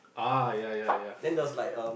ah yeah yeah yeah